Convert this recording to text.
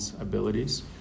abilities